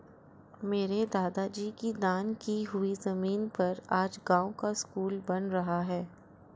मेरे दादाजी की दान की हुई जमीन पर आज गांव का स्कूल बन रहा है